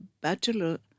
bachelor